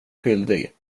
skyldig